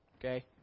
okay